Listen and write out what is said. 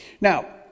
Now